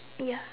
ya